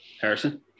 Harrison